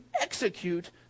execute